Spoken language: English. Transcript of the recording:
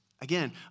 Again